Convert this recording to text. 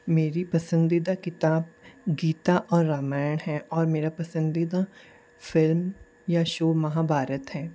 मेरी पसंदीदा किताब गीता और रामायण है और मेरा पसंदीदा फिल्म या शो महाभारत है